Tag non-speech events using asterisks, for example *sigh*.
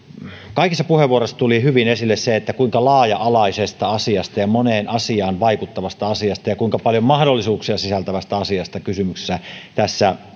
kaikissa puheenvuoroissa tuli hyvin esille se kuinka laaja alaisesta asiasta ja moneen asiaan vaikuttavasta asiasta ja kuinka paljon mahdollisuuksia sisältävästä asiasta tässä *unintelligible*